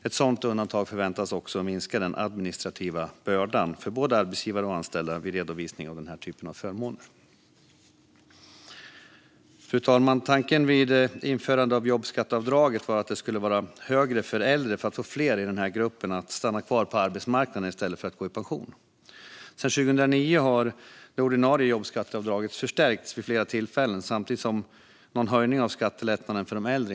Ett sådant undantag förväntas också minska den administrativa bördan för både arbetsgivare och anställda vid redovisning av denna typ av förmån. Fru talman! Tanken vid införandet av jobbskatteavdraget var att det skulle vara högre för äldre för att få fler i denna grupp att stanna kvar på arbetsmarknaden i stället för att gå i pension. Sedan 2009 har det ordinarie jobbskatteavdraget förstärkts vid flera tillfällen, samtidigt som det inte gjorts någon höjning av skattelättnaden för äldre.